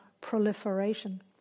proliferation